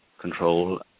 control